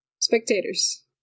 Spectators